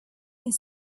with